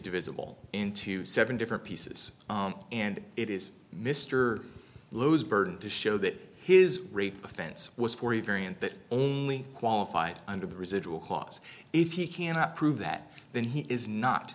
divisible into seven different pieces and it is mr lou's burden to show that his offense was forty variant that only qualified under the residual clause if he cannot prove that then he is not